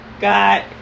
God